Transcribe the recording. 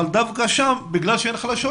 אבל דווקא שם בגלל שהרשויות חלשות,